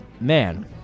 man